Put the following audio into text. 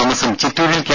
തോമസും ചിറ്റൂരിൽ കെ